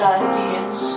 ideas